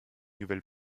nouvelle